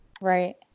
right